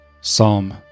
Psalm